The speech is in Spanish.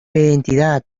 identidad